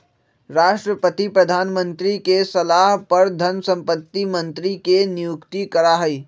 राष्ट्रपति प्रधानमंत्री के सलाह पर धन संपत्ति मंत्री के नियुक्त करा हई